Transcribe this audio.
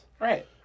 Right